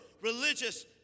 religious